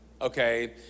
okay